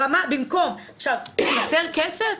חסר כסף?